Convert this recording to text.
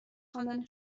خواندن